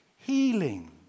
Healing